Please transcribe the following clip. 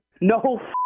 No